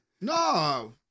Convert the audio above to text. No